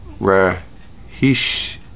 Rahish